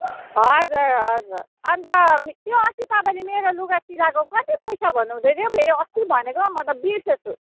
हजुर हजुर अन्त त्यो अस्ति तपाईँले मेरो लुगा सिलाएको कति पैसा भन्नु हुँदैथ्यो फेरि अस्ति भनेको म त बिर्सेछु